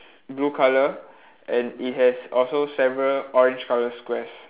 blue colour and it has also several orange colour squares